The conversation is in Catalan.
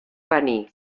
venir